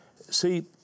See